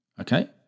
okay